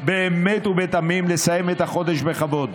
באמת ובתמים לסיים את החודש בכבוד.